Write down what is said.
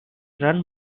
run